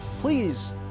please